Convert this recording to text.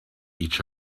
each